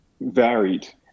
varied